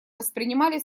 воспринимали